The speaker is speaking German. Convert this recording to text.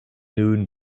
nun